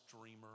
dreamer